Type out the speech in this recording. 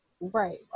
Right